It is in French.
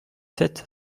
sept